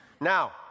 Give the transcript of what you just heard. Now